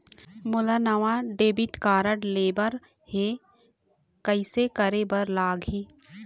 मोला नावा debit card लेबर हे, कइसे करे बर लगही?